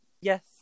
Yes